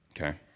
Okay